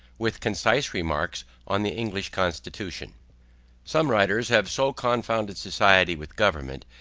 with concise remarks on the english constitution some writers have so confounded society with government,